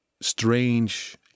strange